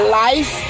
life